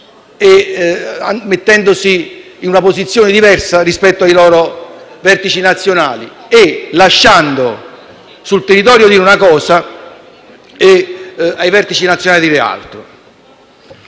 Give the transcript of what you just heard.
messi in una posizione diversa rispetto ai loro vertici nazionali, lasciando che sul territorio si dicesse una cosa e ai vertici nazionali un’altra.